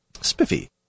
Spiffy